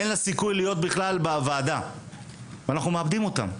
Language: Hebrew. אין לה סיכוי לעמוד מול הוועדה וכך אנחנו מאבדים אותם.